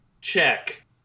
check